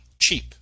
cheap